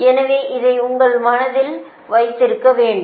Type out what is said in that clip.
எனவே இதை உங்கள் மனதில் வைத்திருக்க வேண்டும்